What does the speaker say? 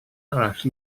arall